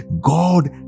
God